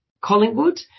Collingwood